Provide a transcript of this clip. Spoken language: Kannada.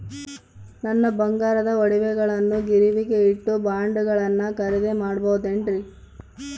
ನನ್ನ ಬಂಗಾರದ ಒಡವೆಗಳನ್ನ ಗಿರಿವಿಗೆ ಇಟ್ಟು ಬಾಂಡುಗಳನ್ನ ಖರೇದಿ ಮಾಡಬಹುದೇನ್ರಿ?